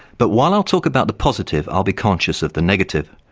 but while i'll talk about the positive, i'll be conscious of the negative.